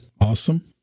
Awesome